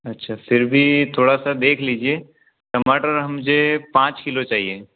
अच्छा फिर भी थोड़ा सा देख लीजिए टमाटर मुझे पाँच किलो चाहिए